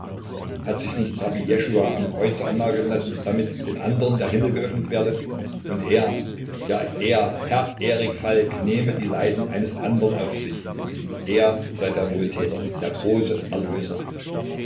hat sich nicht rabbi jeschua am kreuze annageln lassen damit den andern der himmel geöffnet werde und er ja er herr erik falk nehme die leiden eines andern auf sich er sei der wohltäter der große erlöser